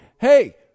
Hey